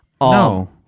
No